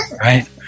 right